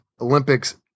Olympics